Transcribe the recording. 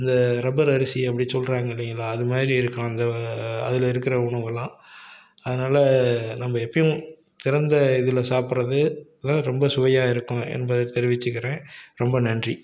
இந்த ரப்பர் அரிசி அப்படின்னு சொல்கிறாங்க இல்லைங்களா அது மாதிரி இருக்கும் அந்த அதில் இருக்கிற உணவெல்லாம் அதனால் நம்ம எப்பேயும் திறந்த இதில் சாப்பிட்றது தான் ரொம்ப சுவையாக இருக்கும் என்பதை தெரிவிச்சுக்கிறேன் ரொம்ப நன்றி